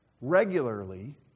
regularly